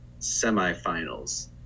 semifinals